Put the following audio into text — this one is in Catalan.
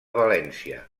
valència